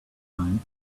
time